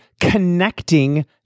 connecting-